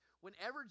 whenever